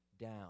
down